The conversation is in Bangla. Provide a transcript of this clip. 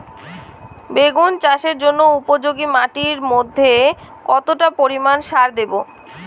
বেগুন চাষের জন্য উপযোগী মাটির মধ্যে কতটা পরিমান সার দেব?